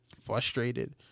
frustrated